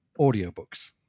audiobooks